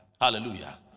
Hallelujah